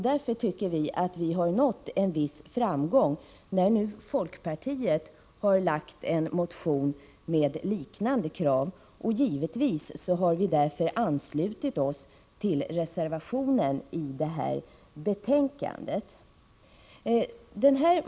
Därför tycker vi att vi har nått en viss framgång när nu folkpartiet har väckt en motion med liknande krav, och givetvis har vi anslutit oss till reservationen i detta betänkande.